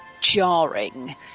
jarring